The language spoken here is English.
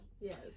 yes